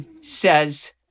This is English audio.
says